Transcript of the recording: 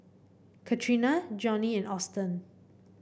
Catrina Jonnie and Austen